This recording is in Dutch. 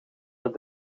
het